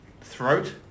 throat